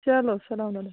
چلو سلام وعلیکُم